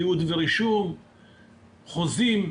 תיעוד ורישום, חוזים,